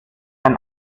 sein